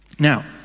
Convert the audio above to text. Now